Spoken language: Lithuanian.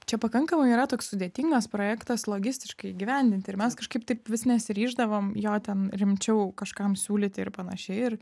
čia pakankamai yra toks sudėtingas projektas logistiškai įgyvendinti ir mes kažkaip taip vis nesiryždavom jo ten rimčiau kažkam siūlyti ir panašiai ir